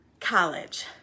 college